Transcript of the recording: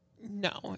no